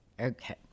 Okay